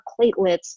platelets